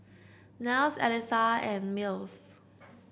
Niles Elissa and Mills